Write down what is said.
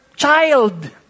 Child